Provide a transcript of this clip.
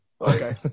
Okay